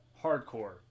Hardcore